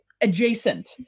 adjacent